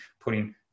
putting